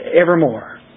evermore